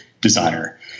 designer